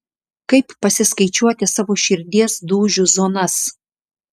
kaip pasiskaičiuoti savo širdies dūžių zonas